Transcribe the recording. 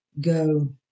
go